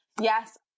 yes